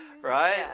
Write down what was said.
right